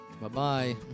Bye-bye